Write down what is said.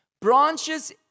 Branches